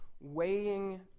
weighing